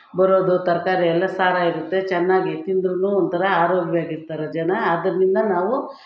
ಬರೋದು ತರಕಾರಿ ಎಲ್ಲ ಸಾರ ಇರುತ್ತೆ ಚೆನ್ನಾಗಿ ತಿಂದರೂ ಒಂಥರಾ ಆರೋಗ್ಯವಾಗಿರ್ತಾರೆ ಜನ ಅದರಿಂದ ನಾವು